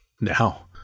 Now